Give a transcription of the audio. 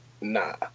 nah